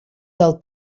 del